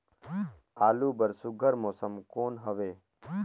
आलू बर सुघ्घर मौसम कौन हवे?